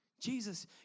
Jesus